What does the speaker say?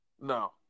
No